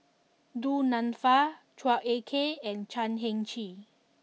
Du Nanfa Chua Ek Kay and Chan Heng Chee